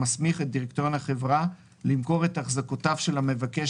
המסמיך את דירקטוריון החברה למכור את החזקותיו של המבקש,